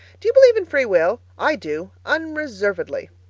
do you believe in free will? i do unreservedly.